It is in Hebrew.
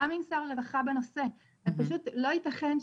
עם שר הרווחה בנושא וזה פשוט לא ייתכן.